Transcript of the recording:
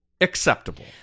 acceptable